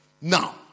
Now